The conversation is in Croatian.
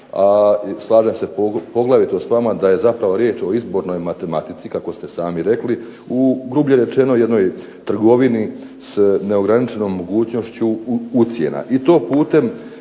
a slažem se poglavito s vama da je zapravo riječ o izbornoj matematici kako ste sami rekli, grublje rečeno u jednoj trgovini s neograničenom mogućnošću ucjena